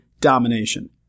domination